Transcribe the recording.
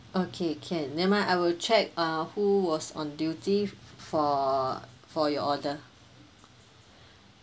okay can never mind I will check uh who was on duty for for your order